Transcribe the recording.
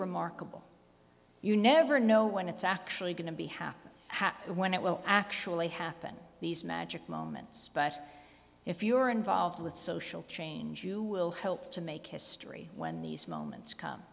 remarkable you never know when it's actually going to be happy happy when it will actually happen these magic moments but if you're involved with social change you will help to make history when these moments com